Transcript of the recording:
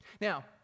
Now